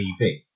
tv